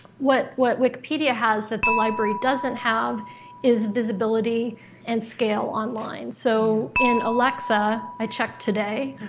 what what wikipedia has that the library doesn't have is visibility and scale online. so in alexa, i checked today,